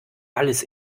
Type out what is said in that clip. alles